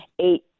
eight